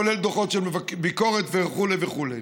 כולל דוחות של ביקורת וכו' וכו'.